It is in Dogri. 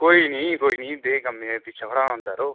कोई निं कोई निं देह् कम्में ई पिच्छें थोह्ड़े होना होंदा यरो